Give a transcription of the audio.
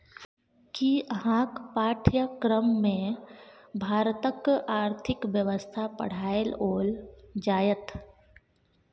कि अहाँक पाठ्यक्रममे भारतक आर्थिक व्यवस्था पढ़ाओल जाएत?